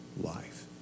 life